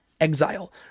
exile